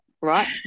right